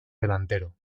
delantero